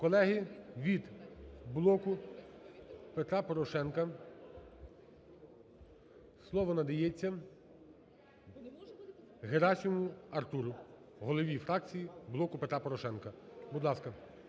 Колеги, від "Блоку Петра Порошенка" слово надається Герасимову Артуру, голові фракції "Блоку Петра Порошенка". Будь ласка,